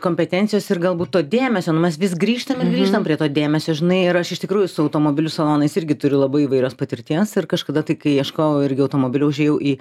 kompetencijos ir galbūt to dėmesio nu mes vis grįžtam ir grįžtam prie to dėmesio žinai ir aš iš tikrųjų su automobilių salonais irgi turiu labai įvairios patirties ir kažkada tai kai ieškojau irgi automobilio užėjau į